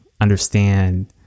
understand